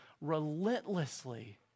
relentlessly